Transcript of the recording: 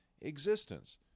existence